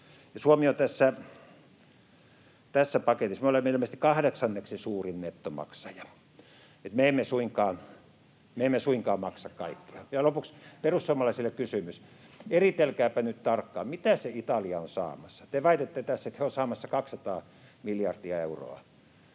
Suomi on tässä paketissa ilmeisesti kahdeksanneksi suurin nettomaksaja, niin että me emme suinkaan maksa kaikkea. [Leena Meren välihuuto] Vielä lopuksi perussuomalaisille kysymys: Eritelkääpä nyt tarkkaan, mitä se Italia on saamassa. Te väitätte tässä, että he ovat samassa 200 miljardia euroa.